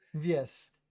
Yes